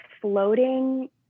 floating